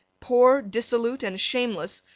poor, dissolute, and shameless,